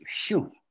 Phew